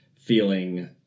feeling